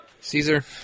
Caesar